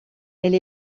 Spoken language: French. elle